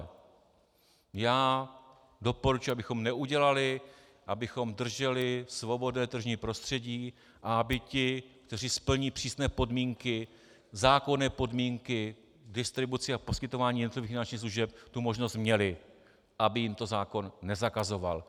Já doporučuji, abychom neudělali, abychom drželi svobodné tržní prostředí a aby ti, kteří splní přísné podmínky, zákonné podmínky v distribuci a poskytování některých finančních služeb, tu možnost měli, aby jim to zákon nezakazoval.